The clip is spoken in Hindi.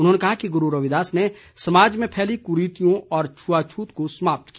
उन्होंने कहा कि गुरू रविदास ने समाज में फैली कुरीतियों व छुआछूत को समाप्त किया